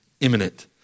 imminent